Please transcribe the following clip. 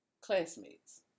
classmates